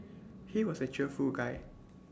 he was A cheerful guy